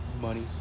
money